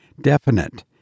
definite